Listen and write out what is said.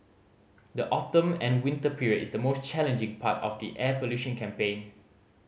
the autumn and winter period is the most challenging part of the air pollution campaign